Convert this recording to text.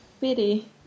pity